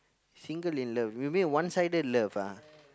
single in love you mean one sided love ah